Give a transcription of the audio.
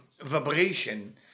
vibration